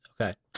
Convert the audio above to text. Okay